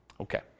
Okay